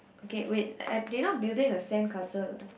K wait I they not building a sandcastle